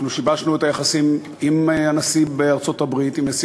אנחנו שיבשנו את היחסים עם נשיא ארצות-הברית,